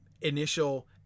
initial